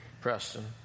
Preston